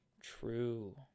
True